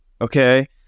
okay